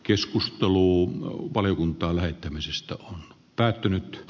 keskusteluun valiokunta lähettämisestä on päättynyt